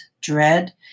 dread